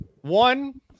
One